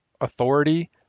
Authority